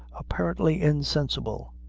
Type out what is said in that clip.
apparently insensible.